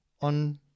on